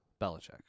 Belichick